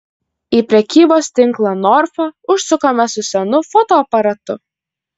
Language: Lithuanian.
į prekybos tinklą norfa užsukome su senu fotoaparatu